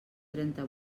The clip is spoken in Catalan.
trenta